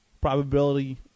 Probability